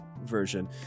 version